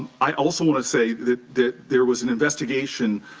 i also want to say that that there was an investigation